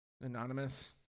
Anonymous